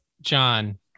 John